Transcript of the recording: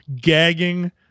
gagging